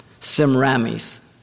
Simrami's